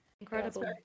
Incredible